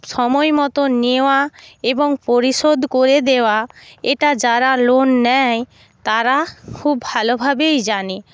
সময়মতো নেওয়া এবং পরিশোধ করে দেওয়া এটা যারা লোন নেয় তারা খুব ভালোভাবেই জানে